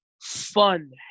fun